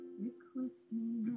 requesting